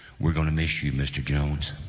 we're ganna miss you mr. jones